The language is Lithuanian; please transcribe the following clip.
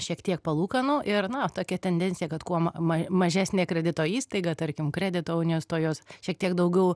šiek tiek palūkanų ir na tokia tendencija kad kuo ma ma mažesnė kredito įstaiga tarkim kredito unijos tuo jos šiek tiek daugiau